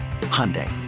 Hyundai